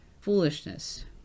foolishness